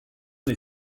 les